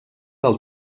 del